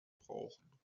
brauchen